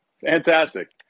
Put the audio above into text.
fantastic